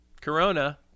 corona